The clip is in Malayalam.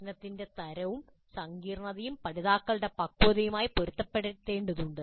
പ്രശ്നത്തിന്റെ തരവും സങ്കീർണ്ണതയും പഠിതാക്കളുടെ പക്വതയുമായി പൊരുത്തപ്പെടേണ്ടതുണ്ട്